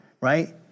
right